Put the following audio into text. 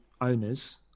owners